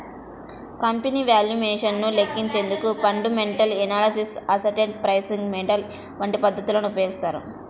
company valuation ను లెక్కించేందుకు fundamental analysis, asset pricing model వంటి పద్ధతులను ఉపయోగిస్తారు